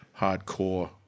hardcore